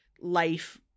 life